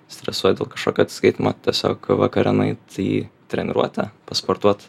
stresuoji dėl kašokio atsiskaitymo tiesiog vakare nueit į treniruotę pasportuot